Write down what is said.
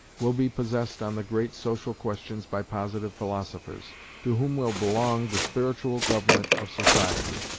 will be possessed on the great social questions by positive philosophers to whom will belong the spiritual government of society,